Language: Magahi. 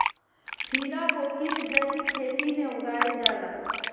खीरा को किस जैविक खेती में उगाई जाला?